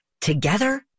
Together